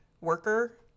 worker